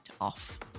off